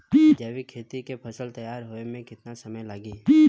जैविक खेती के फसल तैयार होए मे केतना समय लागी?